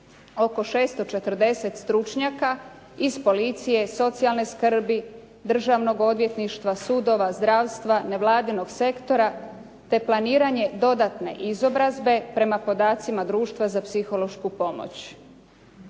oko 640 stručnjaka iz policije, socijalne skrbi, državnog odvjetništva, sudova, zdravstva, nevladinog sektora te planiranje dodatne izobrazbe prema podacima Društva za psihološku pomoć.